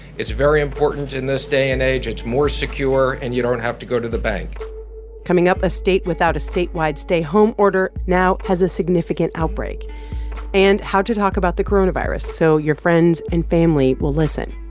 it's very important in this day and age. it's more secure, and you don't have to go to the bank coming up, a state without a statewide stay-home order now has a significant outbreak and how to talk about the coronavirus so your friends and family will listen.